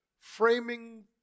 framing